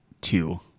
two